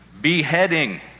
beheading